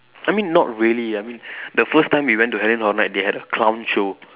I mean not really I mean the first time we went to Halloween horror night they had a clown show